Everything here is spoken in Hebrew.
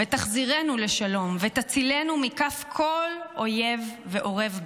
ותחזירנו לשלום / ותצילנו מכף כל אויב ואורב,